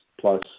plus